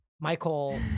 Michael